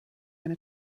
eine